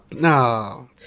No